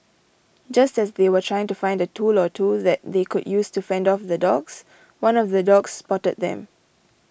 just as they were trying to find a tool or two that they could use to fend off the dogs one of the dogs spotted them